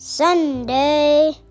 Sunday